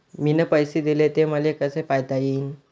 मिन पैसे देले, ते मले कसे पायता येईन?